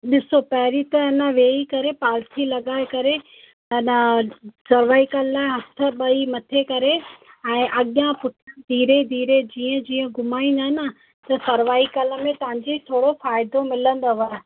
ॾिसो पहिरीं त न वेही करे पालथी लॻाए करे अञा सर्वाइकल लाइ हथ ॿई मथे करे ऐं अॻियां पुठियां धीरे धीरे जीअं घुमाईंदा आहियूं न त सर्वाइकल में तव्हांजी थोरो फ़ाइदो मिलंदव